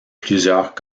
plusieurs